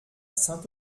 saint